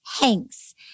Hanks